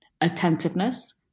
Attentiveness